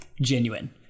genuine